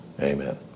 Amen